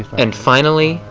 and finally,